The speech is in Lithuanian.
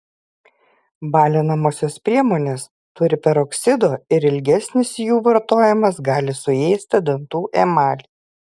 balinamosios priemonės turi peroksido ir ilgesnis jų vartojimas gali suėsdinti dantų emalį